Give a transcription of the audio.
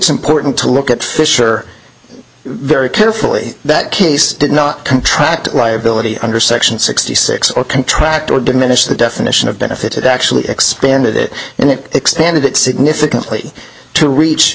important to look at fisher very carefully that case did not contract liability under section sixty six or contract or diminish the definition of benefit it actually expanded it and it expanded it significantly to reach